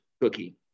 cookie